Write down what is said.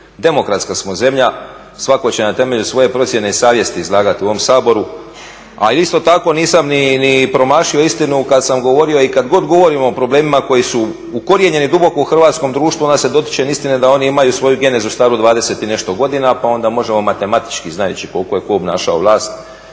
Demokratska smo zemlja, svatko će na temelju svoje procjene i savjesti izlagati u ovom Saboru a isto tako nisam ni promašio istinu i kad sam govorio i kad god govorim o problemima koji su u korijenjeni duboko u hrvatskom društvu, ona se dotičem istine da oni imaju svoju genezu staru dvadeset i nešto godina pa onda možemo matematički znajući koliko je ko obnašao vlast